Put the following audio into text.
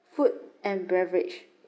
food and beverage